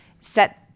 set